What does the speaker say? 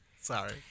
Sorry